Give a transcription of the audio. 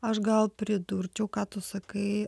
aš gal pridurčiau ką tu sakai